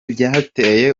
byateye